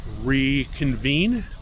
reconvene